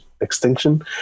Extinction